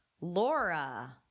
Laura